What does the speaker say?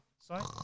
Sorry